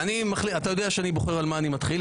אתה יודע שאני בוחר על מה אני מתחיל.